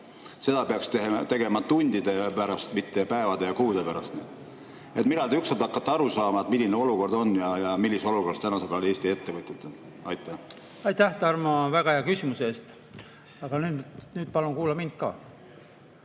Seda peaks tegema tundide pärast, mitte päevade ja kuude pärast. Millal te ükskord hakkate aru saama, milline olukord on ja millises olukorras on praegu Eesti ettevõtjad? Aitäh, Tarmo, väga hea küsimuse eest! Aga nüüd palun kuula mind ka.